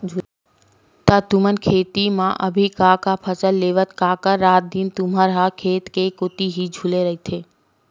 त तुमन खेत म अभी का का फसल लेथव कका रात दिन तुमन ह खेत कोती ही झुले रहिथव?